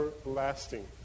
everlasting